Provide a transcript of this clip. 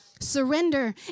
surrender